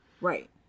Right